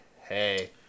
hey